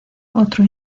otro